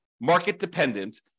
market-dependent